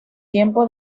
tiempo